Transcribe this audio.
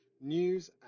news